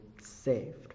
saved